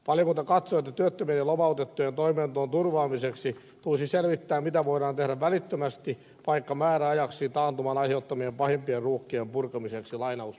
valiokunta katsoo että työttömien ja lomautettujen toimeentulon turvaamiseksi tulisi selvittää mitä voidaan tehdä välittömästi vaikka määräajaksi taantuman aiheuttamien pahimpien ruuhkien purkamiseksi